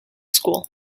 school